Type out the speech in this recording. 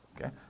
Okay